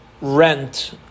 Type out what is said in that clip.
rent